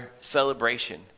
celebration